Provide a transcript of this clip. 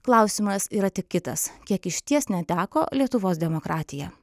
klausimas yra tik kitas kiek išties neteko lietuvos demokratija